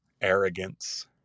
arrogance